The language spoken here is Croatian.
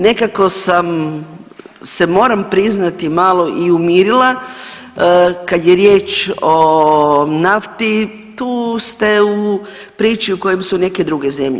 Nekako sam se moram priznati malo i umirila kad je riječ o nafti tu ste u priču u kojem su neke druge zemlje.